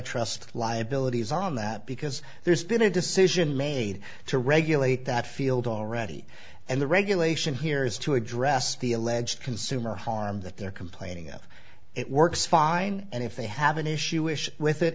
trust liabilities are on that because there's been a decision made to regulate that field already and the regulation here is to address the alleged consumer harm that they're complaining of it works fine and if they have an issue issue with it